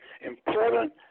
important